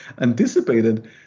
anticipated